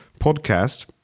podcast